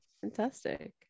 fantastic